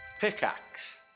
Pickaxe